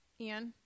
Ian